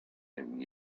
and